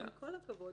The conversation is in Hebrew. עם כל הכבוד.